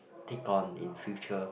take on in future